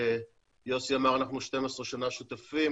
יוסי אמר שאנחנו 12 שנה שותפים,